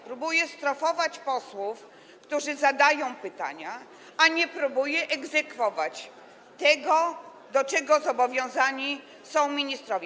Próbuje strofować posłów, którzy zadają pytania, a nie próbuje egzekwować tego, do czego zobowiązani są ministrowie.